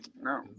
no